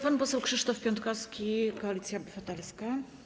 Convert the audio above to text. Pan poseł Krzysztof Piątkowski, Koalicja Obywatelska.